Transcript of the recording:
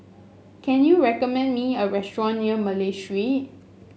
can you recommend me a restaurant near Malay Street